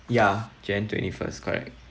ya jan~ twenty-first correct